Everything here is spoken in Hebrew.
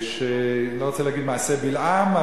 אני לא רוצה להגיד מעשה בלעם,